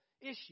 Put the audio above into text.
issue